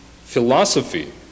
philosophy